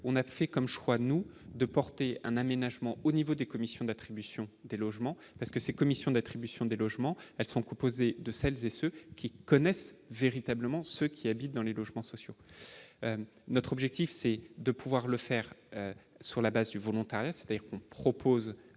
on a fait comme je crois nous de porter un aménagement au niveau des commissions d'attribution des logements parce que ces commissions d'attribution des logements : elles sont composées de celles et ceux qui connaissent véritablement ce qui habitent dans les logements sociaux, notre objectif, c'est de pouvoir le faire sur la base du volontariat, c'est-à-dire qu'on propose